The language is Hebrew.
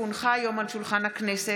כי הונחו היום על שולחן הכנסת,